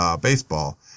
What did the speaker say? Baseball